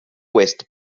oest